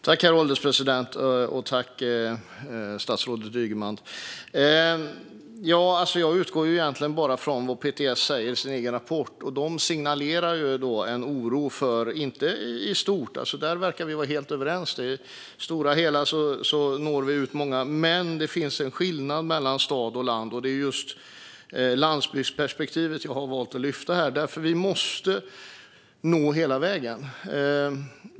Herr ålderspresident! Tack, statsrådet Ygeman, för svaret! Jag utgår bara från vad PTS säger i sin egen rapport. De signalerar en oro. Även om vi verkar vara överens om att vi på det stora hela når ut till många finns det en skillnad mellan stad och land, och det är just landsbygdsperspektivet jag har valt att lyfta fram här. Vi måste nå hela vägen.